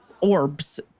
orbs